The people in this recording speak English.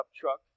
truck